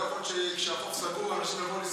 לא יכול להיות שכשהחוף סגור אנשים יבואו לשחות.